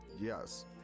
Yes